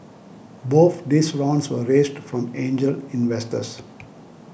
both these rounds were raised from angel investors